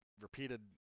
Repeated